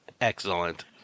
Excellent